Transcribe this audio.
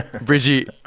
Bridgie